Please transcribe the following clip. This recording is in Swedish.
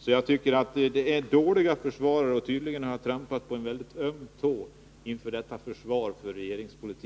Så jag tycker det är ett dåligt försvar av regeringspolitiken. Jag har tydligen trampat på en mycket öm tå.